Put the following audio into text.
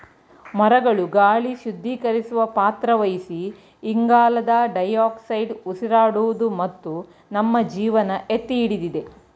ಮರಗಳು ಗಾಳಿ ಶುದ್ಧೀಕರಿಸುವ ಪಾತ್ರ ವಹಿಸಿ ಇಂಗಾಲದ ಡೈಆಕ್ಸೈಡ್ ಉಸಿರಾಡುವುದು ಮತ್ತು ನಮ್ಮ ಜೀವನ ಎತ್ತಿಹಿಡಿದಿದೆ